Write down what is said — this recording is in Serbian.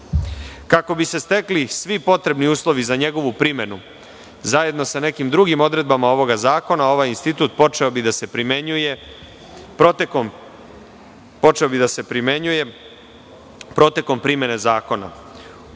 Kako bi se stekli svi potrebni uslovi za njegovu primenu, zajedno sa nekim drugim odredbama ovog zakona, ovaj institut počeo bi da se primenjuje protekom primene zakona